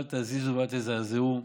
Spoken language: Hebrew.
אל תזיזו ואל תזעזעו.